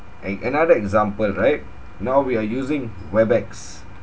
an~ another example right now we are using webex